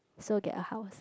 so get a house